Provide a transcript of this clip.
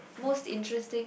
most interesting